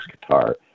guitar